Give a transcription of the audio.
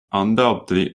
undoubtedly